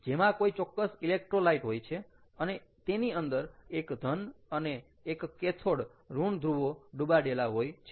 જેમાં કોઈ ચોક્કસ ઇલેક્ટ્રોલાઈટ હોય છે અને તેની અંદર એક ધન અને એક કેથોડ ઋણ ધ્રુવો ડુબાડેલા હોય છે